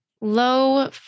low